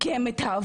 כי הם התאהבו.